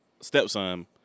stepson